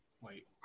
wait